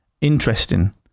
interesting